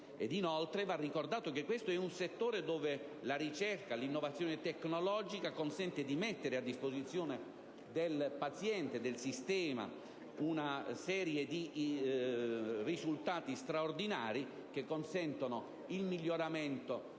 Inoltre, va ricordato che questo è un settore dove la ricerca e l'innovazione tecnologica permettono di mettere a disposizione del paziente e del sistema una serie di risultati straordinari che consentono il miglioramento,